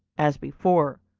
as before,